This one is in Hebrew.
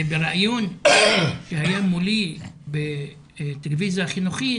ובראיון שהיה מולי בטלוויזיה החינוכית